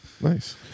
Nice